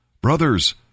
Brothers